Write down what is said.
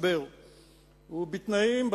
ובתנאים,